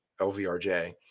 LVRJ